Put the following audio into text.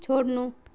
छोड्नु